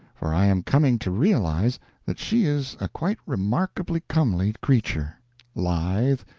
for i am coming to realize that she is a quite remarkably comely creature lithe,